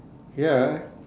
ya